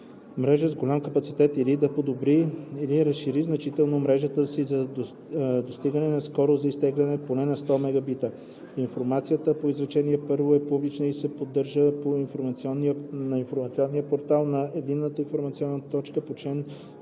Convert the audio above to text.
мрежа с много голям капацитет или да подобри или разшири значително мрежата си за достигане на скорост за изтегляне поне 100 Mbps. Информацията по изречение първо е публична и се поддържа на информационния портал на Единната информационна точка по чл.